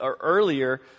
earlier